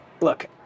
Look